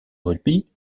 rugby